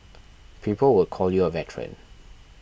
people would call you a veteran